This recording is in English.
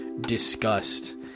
disgust